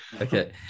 okay